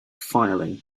filing